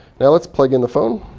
now let's plug in the phone.